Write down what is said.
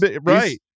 right